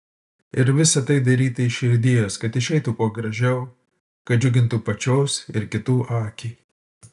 ir visa tai daryta iš širdies kad išeitų kuo gražiau kad džiugintų pačios ir kitų akį